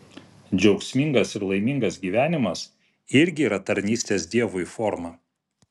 džiaugsmingas ir laimingas gyvenimas irgi yra tarnystės dievui forma